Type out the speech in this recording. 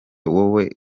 wowe